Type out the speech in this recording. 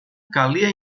calia